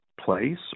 place